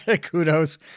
kudos